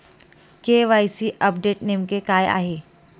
KYC update नेमके काय आहे?